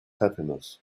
happiness